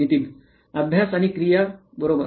नितीन अभ्यास आणि क्रिया बरोबर